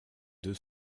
deux